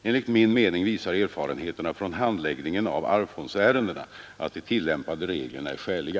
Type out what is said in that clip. Enligt min mening visar erfarenheterna från handläggningen av arvsfondsärendena att de tillämpade reglerna är skäliga.